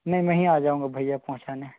नहीं मैं ही आ जाऊँगा भएईया पहुंचाने